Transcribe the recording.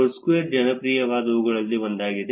Foursquare ಜನಪ್ರಿಯವಾದವುಗಳಲ್ಲಿ ಒಂದಾಗಿದೆ